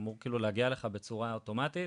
אמור כאילו להגיע אליך בצורה אוטומטית,